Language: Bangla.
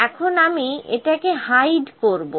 এখন আমি এটাকে হাইড করবো